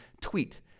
tweet